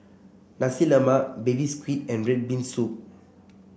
Nasi Lemak Baby Squid and red bean soup